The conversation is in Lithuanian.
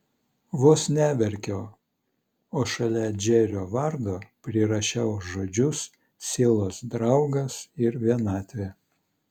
vos neverkiau o šalia džerio vardo prirašiau žodžius sielos draugas ir vienatvė